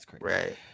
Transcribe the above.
right